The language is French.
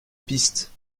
piste